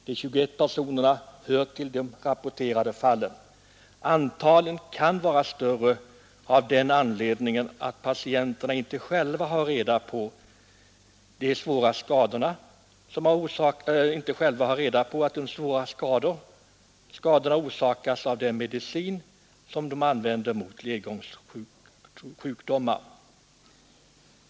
De 21 personerna hör till de rapporterade fallen, men antalet kan vara större eftersom patienterna inte själva har reda på att de svåra skadorna orsakats av den medicin de använder mot ledgångssjukdomar.